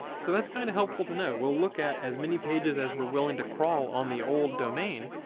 so that's kind of helpful to know. we'll look at as many pages as we're willing to crawl on the old domain.